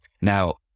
Now